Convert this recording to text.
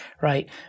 right